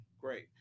great